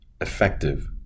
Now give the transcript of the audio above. effective